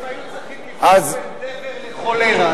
הם היו צריכים לבחור בין דבר לכולרה.